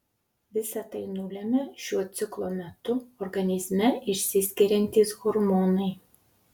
visa tai nulemia šiuo ciklo metu organizme išsiskiriantys hormonai